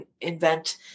invent